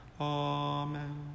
Amen